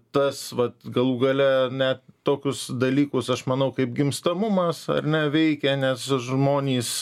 tas vat galų gale ne tokius dalykus aš manau kaip gimstamumas ar ne veikia nes žmonys